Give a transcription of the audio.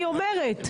אני אומרת,